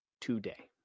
today